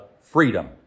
freedom